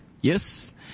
Yes